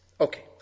Okay